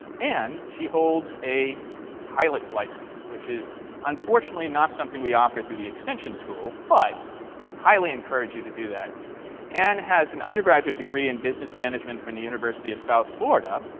and she holds a pilot's license which is unfortunately not something we offer through the extension school, but highly encourage you to do that and has an undergraduate degree in business management from the university of south florida.